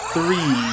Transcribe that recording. three